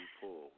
pull